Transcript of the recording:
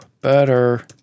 better